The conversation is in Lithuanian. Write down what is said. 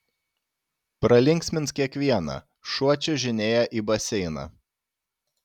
pralinksmins kiekvieną šuo čiuožinėja į baseiną